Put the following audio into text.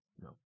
No